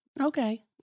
Okay